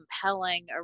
compelling